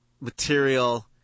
material